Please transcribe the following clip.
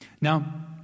Now